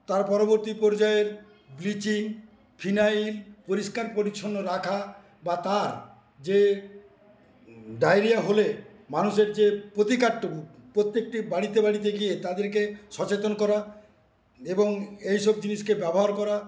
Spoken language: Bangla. তার পরবর্তী পর্যায়ের ব্লিচিং ফিনাইল পরিষ্কার পরিচ্ছন্ন রাখা বা তার যে ডায়রিয়া হলে মানুষের যে প্রতিকারটুকু প্রত্যেকটি বাড়িতে বাড়িতে গিয়ে তাদেরকে সচেতন করা এবং এইসব জিনিসকে ব্যবহার করা